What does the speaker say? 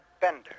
Bender